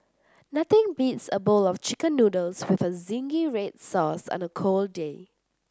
nothing beats a bowl of chicken noodles with zingy red sauce on a cold day